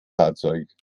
fahrzeug